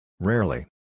Rarely